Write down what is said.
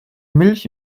milch